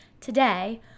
today